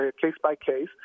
case-by-case